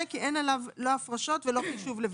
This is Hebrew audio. כי אין עליו לא הפרשות ולא חישוב לוותק.